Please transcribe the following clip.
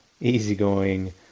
easygoing